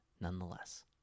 nonetheless